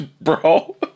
Bro